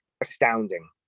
astounding